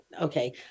Okay